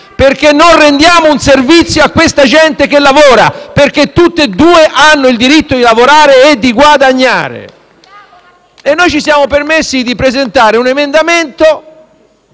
perché non rendiamo un servizio alla gente che lavora. Entrambe le categorie hanno il diritto di lavorare e di guadagnare. Noi ci siamo permessi di presentare un emendamento